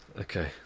Okay